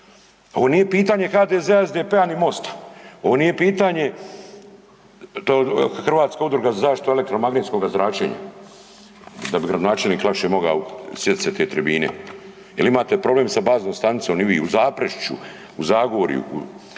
Ovo nije pitanje HDZ-a, SDP-a ni Mosta, ovo nije pitanje Hrvatska udruga za zaštitu elektromagnetskoga zračenja da bi gradonačelnik lakše mogao sjetiti se te tribine jel imate problem sa baznom stanicom u Zaprešiću, u Zagorju,